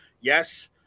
Yes